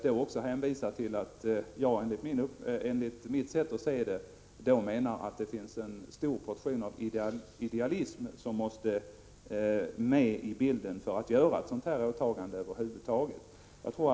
Det har, som jag ser det, att göra med att en stor portion idealism måste med i bilden för att man över huvud taget skall fullgöra ett sådant åtagande.